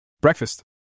Breakfast